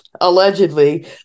Allegedly